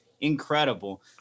incredible